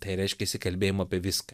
tai reiškia išsikalbėjimo apie viską